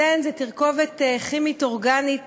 לא הייתי חולם שיקרה מה שקורה,